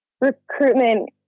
recruitment